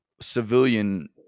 civilian